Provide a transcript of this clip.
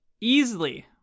easily